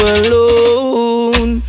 alone